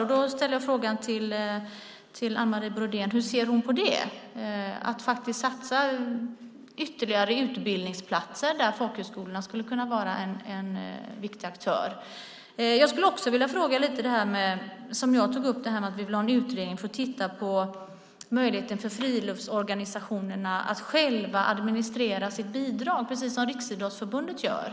Hur ser Anne Marie Brodén på en satsning på ytterligare utbildningsplatser och på att folkhögskolorna då skulle kunna vara en viktig aktör? Som jag tagit upp vill vi ha en utredning som får titta på friluftsorganisationernas möjligheter att själva administrera sitt bidrag, precis som Riksidrottsförbundet gör.